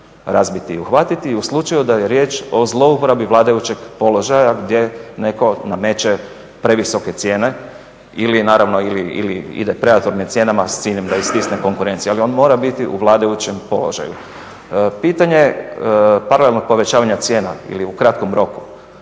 razbiti i uhvatiti i u slučaju da je riječ o zlouporabi vladajućeg položaja gdje netko nameće previsoke cijene ili naravno ide …/Govornik se ne razumije./… cijenama s ciljem da istisne konkurenciju. Ali on mora biti u vladajućem položaju. Pitanje paralelnog povećavanja cijena ili u kratkom roku,